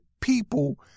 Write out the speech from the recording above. people